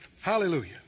Hallelujah